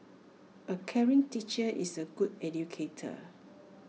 A caring teacher is A good educator